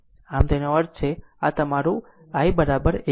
આમ તેનો અર્થ છે તમારું i 1 એમ્પીયર